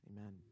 amen